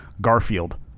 Garfield